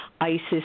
Isis